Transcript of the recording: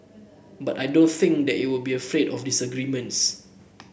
but I don't think that it will be afraid of disagreements